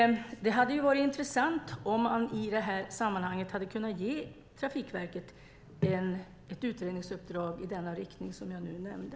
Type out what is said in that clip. Det hade varit intressant om man i detta sammanhang hade kunnat ge Trafikverket ett utredningsuppdrag i den riktning som jag nu nämnde.